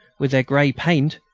with their grey paint,